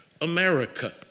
America